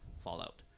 fallout